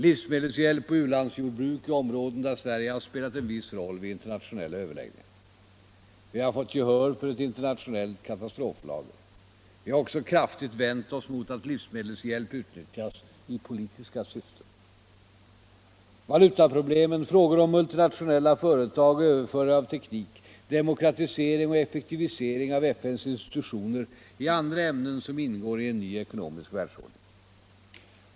Livsmedelshjälp och u-landsjordbruk är områden där Sverige har spelat en viss roll vid internationella överläggningar. Vi har fått gehör för ett internationellt katastroflager. Vi har också kraftigt vänt oss mot att livsmedelshjälp utnyttjas i politiska syften. Valutaproblemen, frågor om multinationella företag och överföring av teknik, demokratisering och effektivisering av FN:s institutioner är andra ämnen som ingår i en ny ekonomisk världsordning.